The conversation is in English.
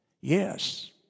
yes